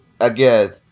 Again